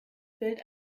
bild